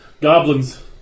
Goblins